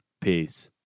Peace